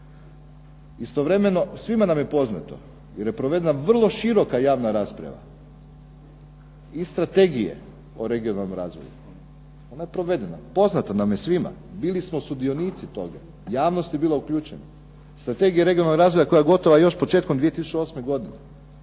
Istovremeno, svima nam je poznato jer je provedena široka javna rasprava i strategije o regionalnom razvoju, ona je provedena, bili smo sudionici toga, javnost je bila uključena, Strategija koja je bila gotovo još početkom 2008. godine,